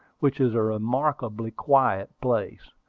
which is a remarkably quiet place.